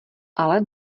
ale